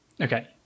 okay